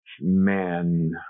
man